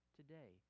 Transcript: today